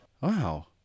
Wow